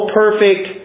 perfect